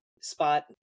spot